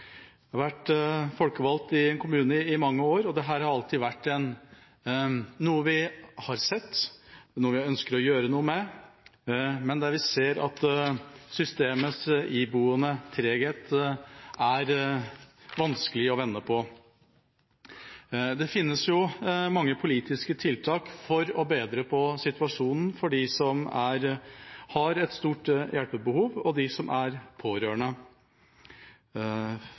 Jeg har vært folkevalgt i en kommune i mange år, og dette har alltid vært noe vi har sett, og noe vi har ønsket å gjøre noe med, men der vi ser at systemets iboende treghet er vanskelig å vende på. Det finnes mange politiske tiltak for å bedre situasjonen for dem som har et stort hjelpebehov, og for de pårørende